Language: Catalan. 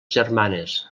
germanes